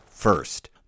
First